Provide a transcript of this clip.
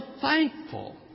thankful